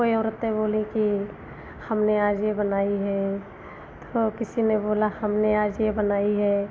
कोई औरतें बोली कि हमने आज यह बनाई है तो किसी ने बोला हमने आज यह बनाई है